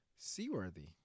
Seaworthy